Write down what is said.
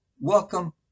welcome